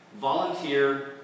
volunteer